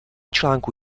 článků